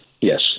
Yes